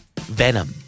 venom